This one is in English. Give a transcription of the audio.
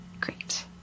Great